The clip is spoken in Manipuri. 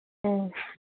ꯎꯝ